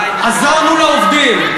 עזרנו לעובדים,